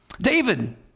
David